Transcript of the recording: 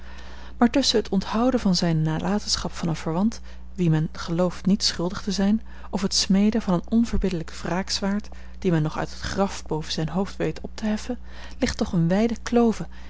maar tusschen het onthouden van zijne nalatenschap van een verwant wien men gelooft niets schuldig te zijn of het smeden van een onverbiddelijk wraakzwaard dat men nog uit het graf boven zijn hoofd weet op te heffen ligt toch eene wijde klove